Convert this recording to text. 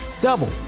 double